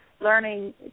learning